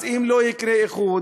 אז אם לא יקרה איחוד,